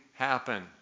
happen